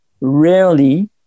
rarely